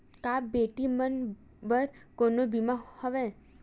का बेटी मन बर कोनो बीमा हवय?